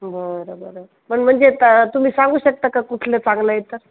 बरं बरं पण म्हणजे तर तुम्ही सांगू शकता का कुठलं चांगलं आहे तर